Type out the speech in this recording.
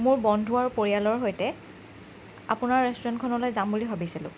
মোৰ বন্ধু আৰু পৰিয়ালৰ সৈতে আপোনাৰ ৰেষ্টুৰেণ্টখনলৈ যাম বুলি ভাবিছিলোঁ